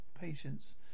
patients